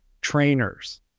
trainers